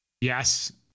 yes